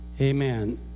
Amen